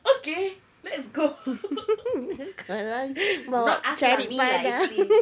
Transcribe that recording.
okay let's go not us lah me actually